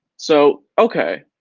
so, okay,